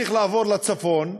צריך לעבור לצפון,